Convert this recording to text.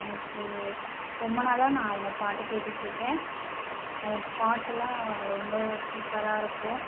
எனக்கு ரொம்ப நாளாக நான் அவங்க பாட்டை கேட்டுகிட்ருக்கேன் அவங்க பாட்டெல்லாம் ரொம்ப சூப்பராக இருக்கும்